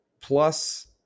plus